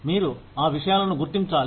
మీరు ఆ విషయాలను గుర్తించాలి